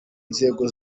nzego